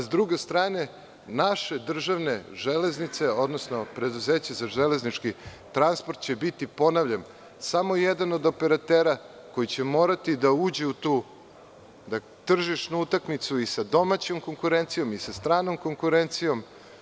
Sa druge strane, naše državne Železnice, odnosno Preduzeće za železnički transport će biti samo jedan od operatera koji će morati da uđe u tu tržišnu utakmicu i sa domaćom konkurencijom i sa stranom konkurencijom.